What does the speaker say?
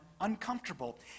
Uncomfortable